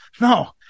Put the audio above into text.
No